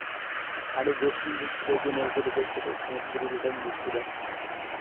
ᱟᱹᱰᱤ ᱵᱮᱥᱤᱧ ᱵᱩᱡᱽ ᱠᱮᱫᱟ ᱡᱮ ᱞᱟᱹᱣᱠᱟᱹᱨᱮ ᱫᱮᱡ ᱠᱟᱛᱮᱜ ᱥᱚᱢᱩᱫᱨᱩ ᱞᱮᱠᱟᱧ ᱵᱩᱡᱽ ᱠᱮᱫᱟ